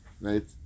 right